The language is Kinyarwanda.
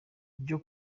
byo